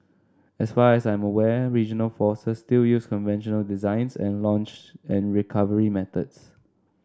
as far as I'm aware regional forces still use conventional designs and launch and recovery methods